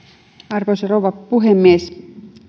arvoisa rouva puhemies